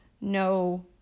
no